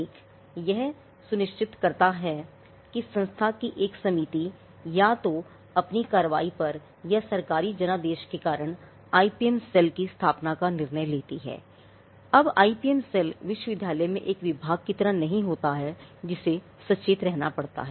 एक IPM cell विश्वविद्यालय में एक विभाग की तरह नहीं होता है जिसे सचेत रहना पड़ता है